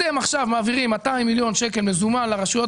אתם עכשיו מעבירים 200 מיליון שקל במזומן לרשויות